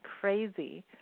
crazy